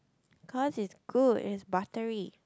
cause it's good and it's buttery